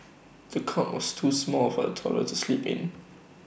the cot was too small for the toddler to sleep in